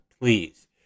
please